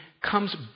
comes